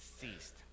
ceased